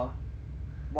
what are your three wishes